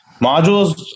Modules